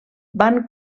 van